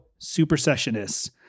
supersessionists